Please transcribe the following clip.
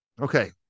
Okay